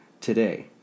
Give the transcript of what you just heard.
today